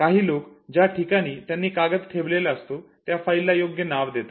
काही लोक ज्या ठिकाणी त्यांनी कागद ठेवलेला असतो त्या फाईलला योग्य नाव देतात